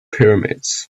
pyramids